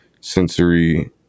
sensory